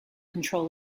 control